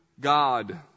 God